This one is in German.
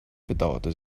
bedauerte